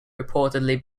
reportedly